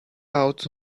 out